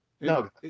No